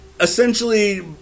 essentially